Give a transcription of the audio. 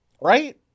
Right